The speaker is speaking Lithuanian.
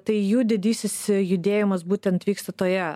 tai jų didysis judėjimas būtent vyksta toje